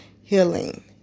healing